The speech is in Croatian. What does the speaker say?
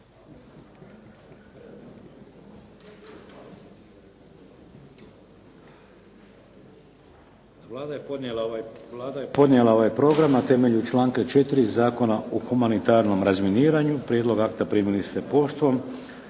Vlada je podnijela ovaj program na temelju članka 4. Zakona o humanitarnom razminiranju. Prijedlog akta primili ste poštom.